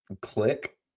Click